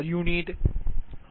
uI37